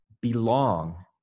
belong